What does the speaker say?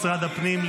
משרד הפנים,